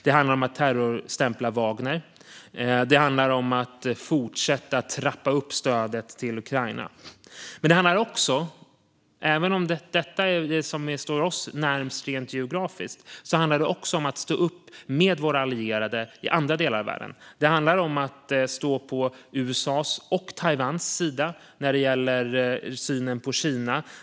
Det handlar om att terrorstämpla Wagnergruppen och att fortsätta trappa upp stödet till Ukraina. Även om Ukraina står närmast oss rent geografiskt handlar det också om att med våra allierade stå upp för andra delar av världen. Det handlar om att stå på USA:s och Taiwans sida i synen på Kina.